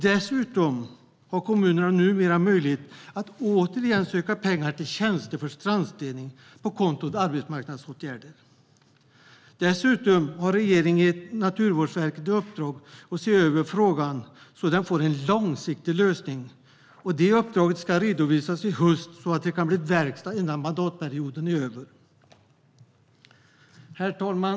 Dessutom har kommunerna numera möjlighet att återigen söka pengar till tjänster för strandstädning på kontot arbetsmarknadsåtgärder. Regeringen har gett Naturvårdsverket i uppdrag att se över frågan så att den får en långsiktig lösning. Det uppdraget ska redovisas i höst så att det kan bli verkstad innan mandatperioden är över. Herr talman!